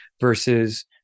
versus